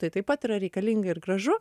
tai taip pat yra reikalinga ir gražu